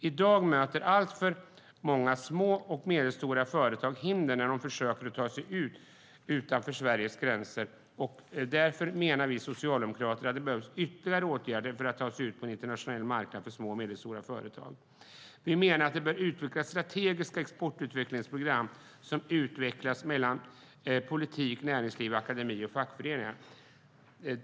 I dag möter alltför många små och medelstora företag hinder när de försöker ta sig utanför Sveriges gränser. Därför menar vi socialdemokrater att det behövs ytterligare åtgärder så att små och medelstora företag ska kunna ta sig ut på en internationell marknad. Vi menar att det bör utvecklas strategiska exportutvecklingsprogram mellan politik, näringsliv, akademi och fackföreningar.